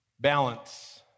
Balance